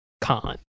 con